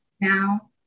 now